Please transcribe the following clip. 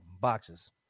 boxes